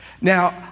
Now